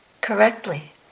correctly